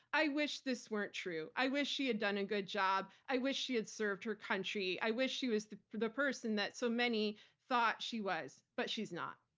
i wish this weren't true. i wish she had done a good job. i wish she had served her country. i wish she was the the person that so many thought she was, but she's not.